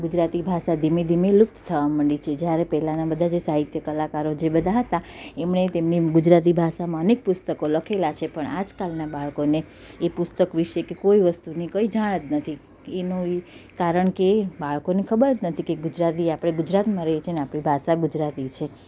ગુજરાતી ભાષા ધીમે ધીમે લુપ્ત થવા માંડી છે જ્યારે પહેલાંના બધા જે સાહિત્ય કલાકારો જે બધા હતા એમણે તેમની ગુજરાતી ભાષામાં અનેક પુસ્તકો લખેલા છે પણ આજકાલના બાળકોને એ પુસ્તક વિષે કે કોઈ વસ્તુની કંઇ જાણ જ નથી કે એનો એ કારણ કે બાળકોને ખબર જ નથી કે ગુજરાતી આપણે ગુજરાતમાં રહીએ છીએ અને આપણી ભાષા ગુજરાતી છે